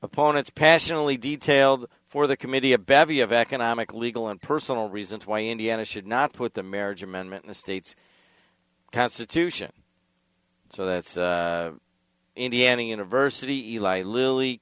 opponents passionately detailed for the committee a bevy of economic legal and personal reasons why indiana should not put the marriage amendment in the state's constitution so that's indiana university eli lil